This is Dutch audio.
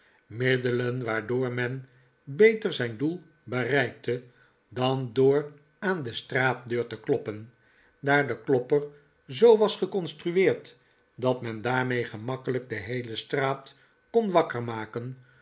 middeleh waardoor men beter zijn doel bereikte dan door aan de straatdeur te kloppen daar de klopper zoo was geconstrueerd dat men daarmee gemakkelijk de heele straat kon